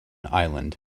island